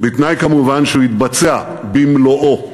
בתנאי כמובן שהוא יתבצע במלואו,